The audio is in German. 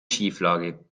schieflage